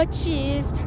cheese